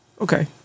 Okay